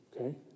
okay